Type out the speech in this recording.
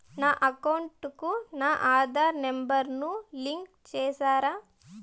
నా అకౌంట్ కు నా ఆధార్ నెంబర్ ను లింకు చేసారా